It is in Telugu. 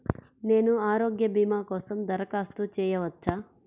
నేను ఆరోగ్య భీమా కోసం దరఖాస్తు చేయవచ్చా?